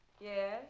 Yes